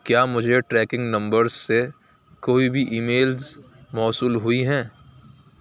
کیا مجھے tracking numbers سے کوئی بھی ای میلز موصول ہوئی ہیں